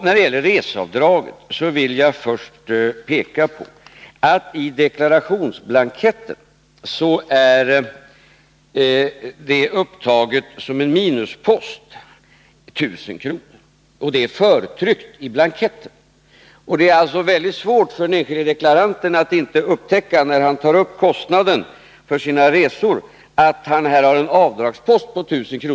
När det gäller reseavdraget vill jag först peka på att 1 000 kr. är upptagna som en minuspost i deklarationsblanketten. Det är förtryckt i blanketten. Därför är det svårt för den enskilde deklaranten att när han tar upp kostnaden för sina resor undgå att upptäcka att han här har en avdragspost på 1 000 kr.